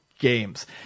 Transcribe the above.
Games